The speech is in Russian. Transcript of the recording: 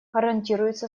гарантируется